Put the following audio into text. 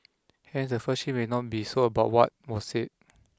hence the first shift may not be so about what was said